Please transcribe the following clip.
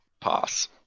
pass